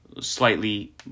slightly